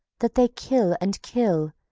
that they kill, and kill,